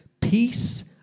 Peace